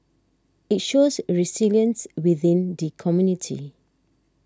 it shows resilience within the community